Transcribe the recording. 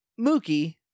mookie